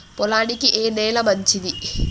పొలానికి ఏ నేల మంచిది?